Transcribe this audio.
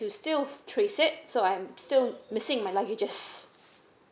to still trace it so I'm still missing my luggages